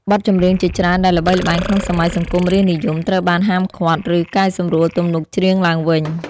បទចម្រៀងជាច្រើនដែលល្បីល្បាញក្នុងសម័យសង្គមរាស្ត្រនិយម ត្រូវបាន ហាមឃាត់ ឬ កែសម្រួលទំនុកច្រៀង ឡើងវិញ។